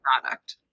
product